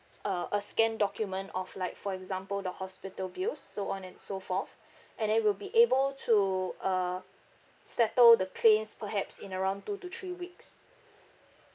uh a scanned document of like for example the hospital bills so on and so forth and then we'll be able to uh settle the claims perhaps in around two to three weeks